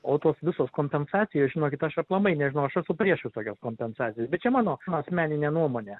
o tos visos kompensacijos žinokit aš aplamai nežinau aš esu prieš visokias kompensacijas bet čia mano asmeninė nuomonė